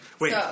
Wait